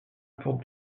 porte